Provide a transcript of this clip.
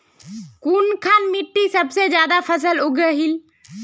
कुनखान मिट्टी सबसे ज्यादा फसल उगहिल?